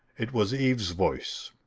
it was eve's voice.